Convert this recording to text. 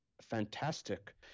fantastic